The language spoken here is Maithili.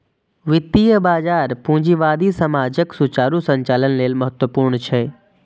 वित्तीय बाजार पूंजीवादी समाजक सुचारू संचालन लेल महत्वपूर्ण छै